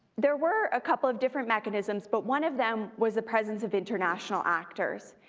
there were a couple of different mechanisms, but one of them was the presence of international actors.